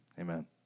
Amen